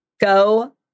Go